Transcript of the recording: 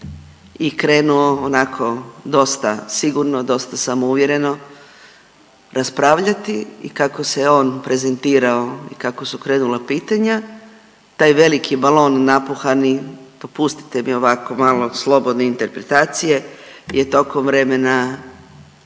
i krenuo onako dosta sigurno, dosta samouvjereno raspravljati i kako se on prezentirao i kako su krenula pitanja, taj veliki balon napuhani, dopustite mi ovako malo slobodno interpretacije je tokom vremena